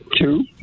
two